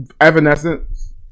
Evanescence